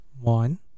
One